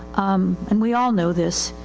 um, and we all know this,